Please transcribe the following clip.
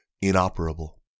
inoperable